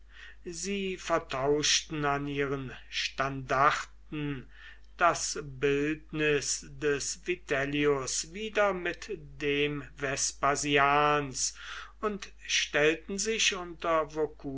sie vertauschten an ihren standarten das bildnis des vitellius wieder mit dem vespasians und stellten sich unter